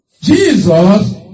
Jesus